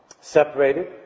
separated